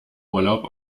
urlaub